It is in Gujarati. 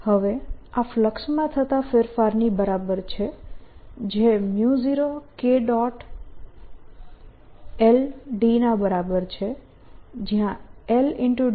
હવે આ ફ્લક્સમાં થતા ફેરફારની બરાબર છે જે 0K l d ના બરાબર છે જયાં l